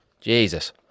Jesus